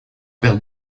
perte